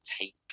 take